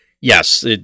yes